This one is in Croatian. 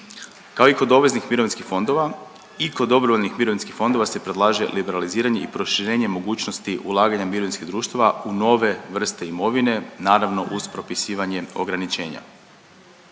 Kao i kod obveznih mirovinskih fondova i kod dobrovoljnih mirovinskih fondova se predlaže liberaliziranje i proširenje mogućnosti ulaganja mirovinskih društava u nove vrste imovine, naravno uz propisivanje ograničenja.